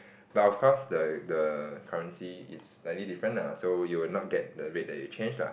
but of course the the currency is slightly different nah so you will not get the rates that you change lah